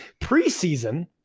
Preseason